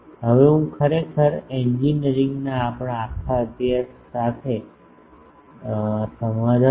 હવે હું ખરેખર એન્જિનિયરિંગના આપણા આખા અભ્યાસ સાથે સમાધાન કરું છું